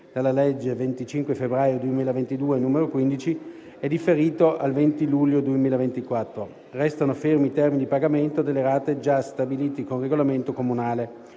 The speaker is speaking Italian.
dalla legge 25 febbraio 2022, n. 15, è differito al 20 luglio 2024. Restano fermi i termini di pagamento delle rate già stabiliti con regolamento comunale.